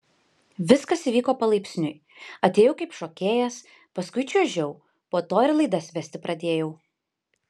viskas įvyko palaipsniui atėjau kaip šokėjas paskui čiuožiau po to ir laidas vesti pradėjau